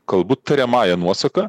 kalbu tariamąja nuosaka